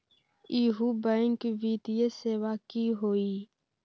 इहु बैंक वित्तीय सेवा की होई?